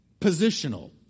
Positional